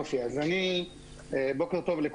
אז הזמן שנותר לדיון בוועדה הוא די קצר, לדאבוני.